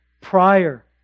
Prior